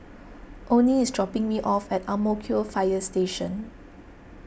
Onie is dropping me off at Ang Mo Kio Fire Station